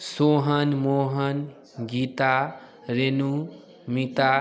Sohan Mohan Geeta Renu Meeta